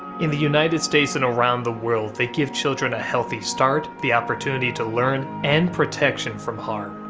in the united states and around the world, they give children a healthy start, the opportunity to learn, and protection from harm.